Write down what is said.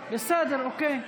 בסדר, אוקיי.